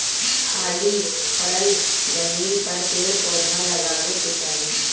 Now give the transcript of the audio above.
खाली पड़ल जमीन पर पेड़ पौधा लगावे के चाही